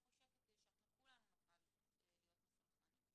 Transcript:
פה שקט כדי שכולנו נוכל להיות מסונכרנים.